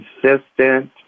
consistent